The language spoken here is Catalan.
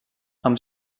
amb